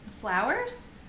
flowers